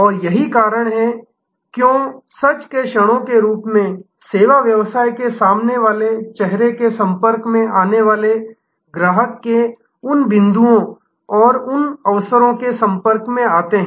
और यही कारण है क्यों सच के क्षणों के रूप में सेवा व्यवसाय के सामने वाले चेहरे के संपर्क में आने वाले ग्राहक के उन बिंदुओं और उस अवसरों के संपर्क में आते हैं